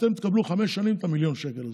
אתם תקבלו חמש שנים את המיליון שקל האלה,